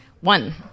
One